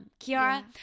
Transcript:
Kiara